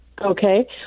Okay